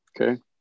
Okay